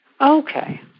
Okay